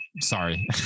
sorry